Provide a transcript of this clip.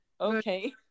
Okay